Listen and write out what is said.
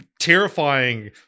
terrifying